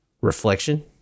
reflection